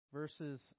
Verses